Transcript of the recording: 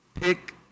Pick